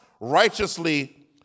righteously